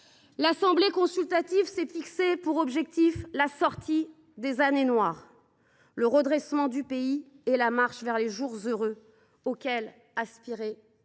L’Assemblée consultative provisoire s’est fixé pour objectif la sortie des années noires, le redressement du pays et la marche vers les jours heureux, auxquels aspire